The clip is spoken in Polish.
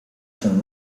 się